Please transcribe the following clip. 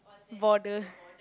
bother